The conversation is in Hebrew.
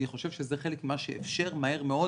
ואני חושב שזה חלק שיאפשר מהר מאוד